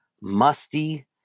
musty